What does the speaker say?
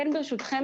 ברשותכם,